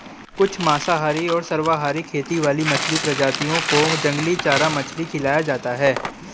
कुछ मांसाहारी और सर्वाहारी खेती वाली मछली प्रजातियों को जंगली चारा मछली खिलाया जाता है